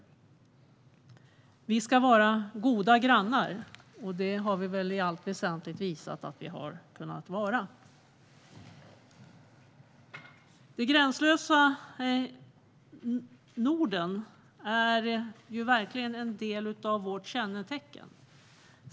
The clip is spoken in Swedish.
Vi ska vara goda grannar, och det har vi väl i allt väsentligt visat att vi har kunnat vara. Det gränslösa Norden är verkligen en del av vårt kännetecken.